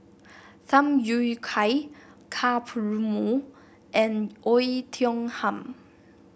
Tham Yui Kai Ka Perumal and Oei Tiong Ham